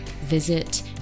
visit